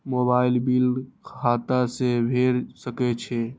Mobile bill खाता से भेड़ सके छि?